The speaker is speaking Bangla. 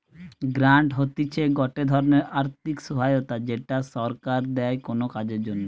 গ্রান্ট হতিছে গটে ধরণের আর্থিক সহায়তা যেটা সরকার দেয় কোনো কাজের জন্যে